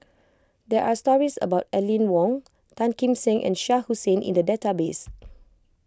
there are stories about Aline Wong Tan Kim Seng and Shah Hussain in the database